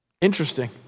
Interesting